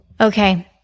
Okay